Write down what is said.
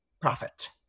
profit